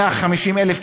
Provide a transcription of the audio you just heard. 150,000,